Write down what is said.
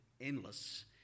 endless